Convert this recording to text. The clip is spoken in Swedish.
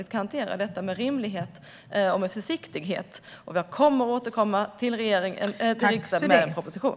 Vi ska hantera detta med rimlighet och försiktighet, och jag kommer att återkomma till riksdagen med en proposition.